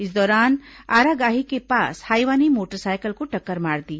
इस दौरान आरागाही के पास हाईवा ने मोटरसाइकिल को टक्कर मार दी